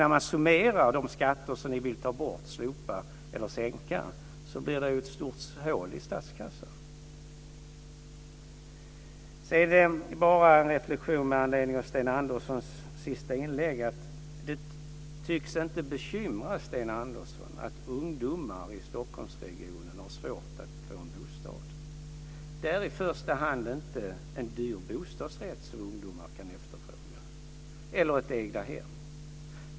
När man summerar de skatter ni vill slopa eller sänka blir det ett stort hål i statskassan. Bara en reflexion med anledning av Sten Anderssons senaste inlägg. Det tycks inte bekymra Sten Andersson att ungdomar i Stockholmsregionen har svårt att få en bostad. Det är i första hand inte en dyr bostadsrätt som ungdomar kan efterfråga eller ett egnahem.